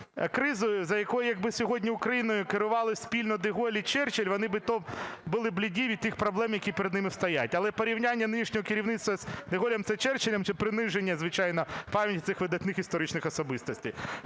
кризою, за якої, як би сьогодні Україною керували спільно де Голль і Черчіль, вони б і то були бліді від тих проблем, які перед ними стоять. Але порівняння нинішнього керівництва з де Голлем чи Черчілем – це приниження, звичайно, пам'яті цих видатних історичних особистостей.